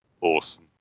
awesome